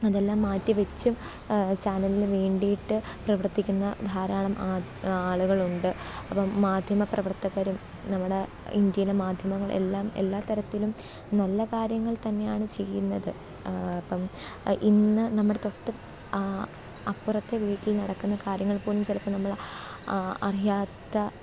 അതെല്ലാം മാറ്റിവെച്ച് ചാനലിൽ നിന്ന് വേണ്ടിയിട്ട് പ്രവർത്തിക്കുന്ന ധാരാളം അ ആളുകളുണ്ട് അപ്പം മാധ്യമപ്രവർത്തകരും നമ്മുടെ ഇന്ത്യയിലെ മാധ്യമങ്ങൾ എല്ലാം എല്ലാതരത്തിലും നല്ല കാര്യങ്ങൾ തന്നെയാണ് ചെയ്യുന്നത് ഇപ്പം ഇന്നു നമ്മുടെ തൊട്ട് അപ്പുറത്തെ വീട്ടിൽ നടക്കുന്ന കാര്യങ്ങളിൽപ്പോലും ചിലപ്പം നമ്മൾ അറിയാത്ത